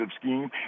scheme